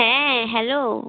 হ্যাঁ হ্যালো